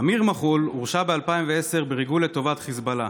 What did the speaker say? אמיר מח'ול הורשע ב-2010 בריגול לטובת חיזבאללה,